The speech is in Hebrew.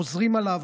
חוזרים עליו,